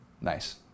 Nice